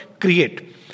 create